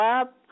up